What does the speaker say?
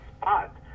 spot